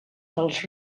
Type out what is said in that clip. dels